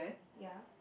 ya